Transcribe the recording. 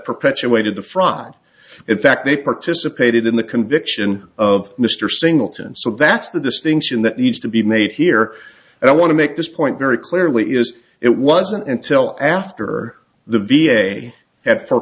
perpetuated the fraud in fact they participated in the conviction of mr singleton so that's the distinction that needs to be made here and i want to make this point very clearly is it wasn't until after the v a at for